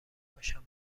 باشم